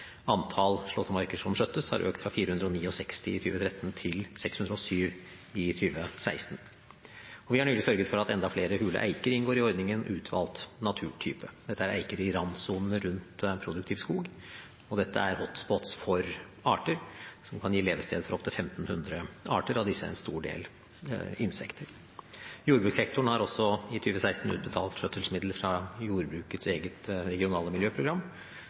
Antall slåttemarker som skjøttes, har økt fra 469 i 2013 til 607 i 2016. Vi har nylig sørget for at enda flere hule eiker inngår i ordningen utvalgt naturtype. Dette er eiker i randsonene rundt produktiv skog. Dette er «hot spots» for arter, som kan gi levested for opptil 1 500 arter, av disse er en stor del insekter. Jordbrukssektoren har i 2016 utbetalt skjøtselsmidler fra jordbrukets eget regionale miljøprogram